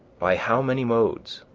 by how many modes,